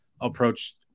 approach